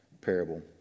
parable